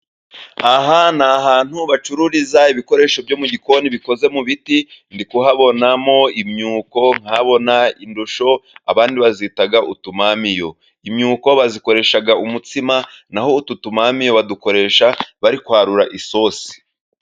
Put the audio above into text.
Aha ni ahantu bacururiza ibikoresho byo mu gikoni bikoze mu biti. Ndikuhabonamo imyuko, nkahabona indosho, abandi bazita utumamiyo. Imyuko bayikoresha umutsima, naho utu tumamiyo badukoresha bari kwarura isosi.